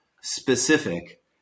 specific